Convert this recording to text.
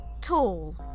tall